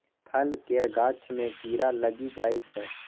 फल केर गाछ मे कीड़ा लागि जाइ छै